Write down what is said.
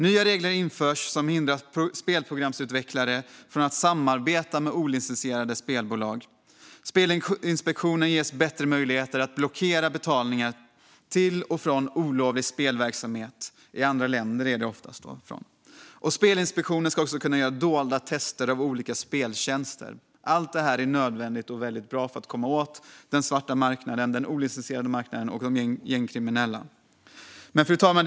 Nya regler införs som hindrar spelprogramutvecklare från att samarbeta med olicensierade spelbolag. Spelinspektionen ges bättre möjligheter att blockera betalningar till och från olovlig spelverksamhet, oftast i andra länder. Spelinspektionen ska också kunna göra dolda tester av olika speltjänster. Allt detta är nödvändigt och väldigt bra för att komma åt den svarta marknaden, den olicensierade marknaden och de gängkriminella. Fru talman!